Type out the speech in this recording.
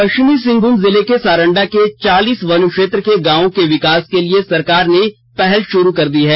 पश्चिमी सिंहमूम जिले के सारंडा के चालीस वनक्षेत्र के गांवों के विकास के लिए सरकार ने पहल शुरू कर दी है